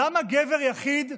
למה גבר יחיד,